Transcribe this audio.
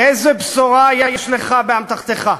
איזה בשורה יש לך באמתחתך?